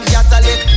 Catholic